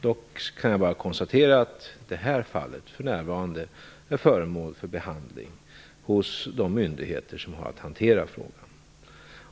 Dock kan jag bara konstatera att det här fallet för närvarande är föremål för behandling hos de myndigheter som har att hantera frågan.